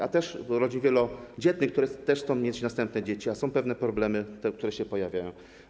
A również dla rodzin wielodzietnych, które też chcą mieć następne dzieci, a są pewne problemy, które się pojawiają.